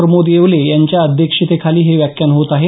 प्रमोद येवले यांच्या अध्यक्षतेखाली हे व्याख्यान होत आहे